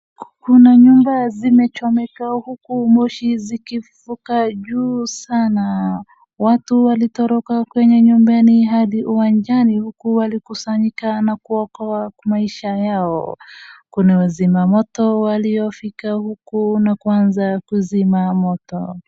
Kuna nyumba zimechoka uku moshi zikivuka juu sana. Watu waltoroka kwenye nyumbani hadi uwanjani uku walikusanyika na kuokoa maishani yao. Kuna wazimamoto waliofika huku na kuanza kuzima moto.